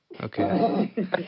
Okay